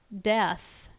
death